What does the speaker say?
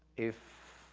if,